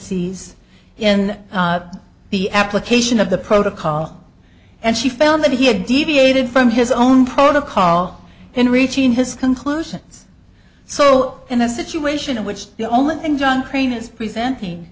ies in the application of the protocol and she found that he had deviated from his own protocol in reaching his conclusions so in a situation in which the only thing john crane is presenting